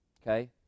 okay